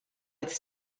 its